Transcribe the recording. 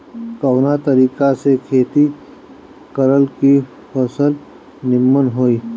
कवना तरीका से खेती करल की फसल नीमन होई?